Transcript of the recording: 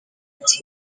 ati